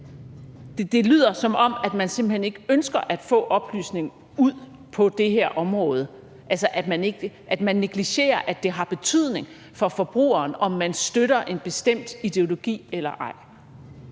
det lyder, som om man simpelt hen ikke ønsker at få oplysningen ud på det her område, altså at man negligerer, at det har betydning for forbrugeren, om man støtter en bestemt ideologi eller ej.